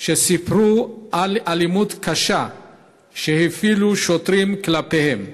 שסיפרו על אלימות קשה שהפעילו שוטרים כלפיהם.